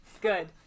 good